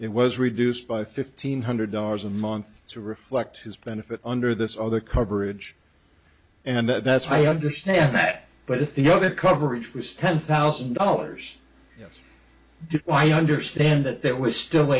it was reduced by fifteen hundred dollars a month to reflect his benefit under this other coverage and that's why i understand that but if the other coverage was ten thousand dollars yes why i understand that that was still